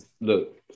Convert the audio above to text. Look